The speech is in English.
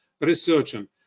researching